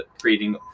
creating